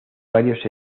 varios